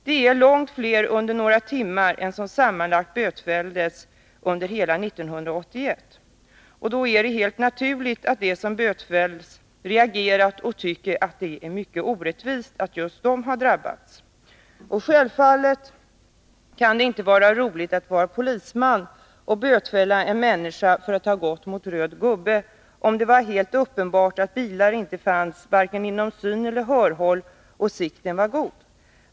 Det är långt fler under några timmar än som sammanlagt bötfälldes under hela 1981. Då är det helt naturligt att de som bötfällts reagerar och tycker att det är orättvist att just de har drabbats. Och självfallet kan det inte vara roligt att vara polisman och bötfälla en människa för att ha gått mot röd gubbe, om det var helt uppenbart att bilar inte fanns vare sig inom syneller hörhåll och sikten var god.